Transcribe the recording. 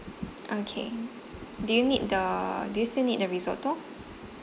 okay do you need the do you still need the risotto